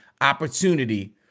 opportunity